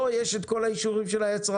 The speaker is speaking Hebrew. לו יש את כל האישורים של היצרן.